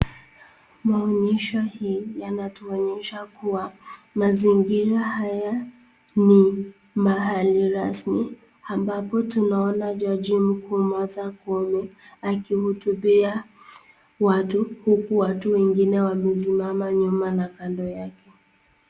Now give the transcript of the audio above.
Maonyesho hii yanatuonyesha kuwa mazingira haya ni mahali rasmi ambapo tunaona jaji mkuu Martha Koome akihutubia watu uku watu wengine wamesimama nyuma na kando yake.